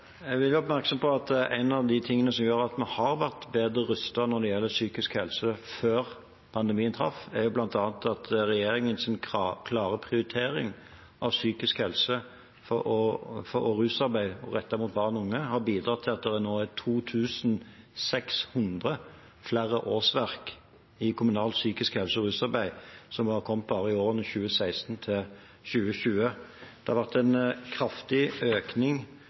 Jeg vil gjøre oppmerksom på at en av de tingene som gjør at vi har vært bedre rustet når det gjelder psykisk helse, før pandemien traff, bl.a. er at regjeringens klare prioritering av psykisk helse og rusarbeid rettet mot barn og unge har bidratt til at det nå er 2 600 flere årsverk i kommunalt psykisk helse- og rusarbeid, og de har kommet bare i årene 2016–2020. Det har vært en kraftig økning